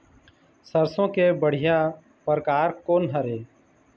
सरसों के बढ़िया परकार कोन हर ये?